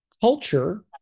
culture